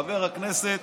חבר הכנסת